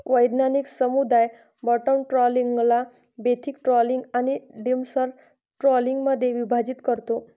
वैज्ञानिक समुदाय बॉटम ट्रॉलिंगला बेंथिक ट्रॉलिंग आणि डिमर्सल ट्रॉलिंगमध्ये विभाजित करतो